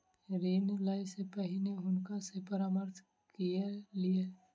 ऋण लै से पहिने हुनका सॅ परामर्श कय लिअ